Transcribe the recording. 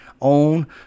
own